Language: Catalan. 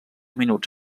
minuts